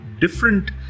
different